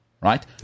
right